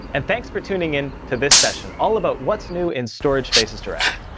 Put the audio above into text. and thanks for tuning in to this session all about what's new in storage spaces direct.